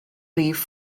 rhif